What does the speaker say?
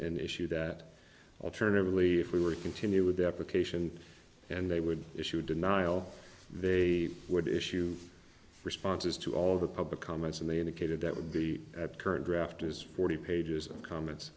and issue that alternatively if we were continue with deprecation and they would issue a denial they would issue responses to all the public comments and they indicated that would be at current draft is forty pages of comments